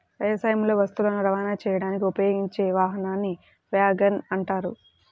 వ్యవసాయంలో వస్తువులను రవాణా చేయడానికి ఉపయోగించే వాహనాన్ని వ్యాగన్ అంటారు